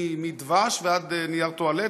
מדבש ועד נייר טואלט,